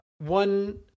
One